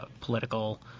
political